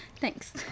Thanks